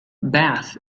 bath